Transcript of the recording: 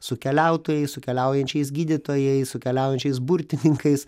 su keliautojais su keliaujančiais gydytojais su keliaujančiais burtininkais